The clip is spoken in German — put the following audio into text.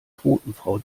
quotenfrau